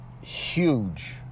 huge